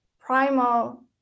primal